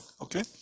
okay